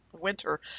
winter